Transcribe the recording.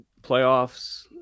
playoffs